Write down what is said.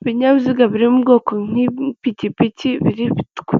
Ibinyabiziga biri mu ubwoko nk'ipikipiki